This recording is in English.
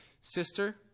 Sister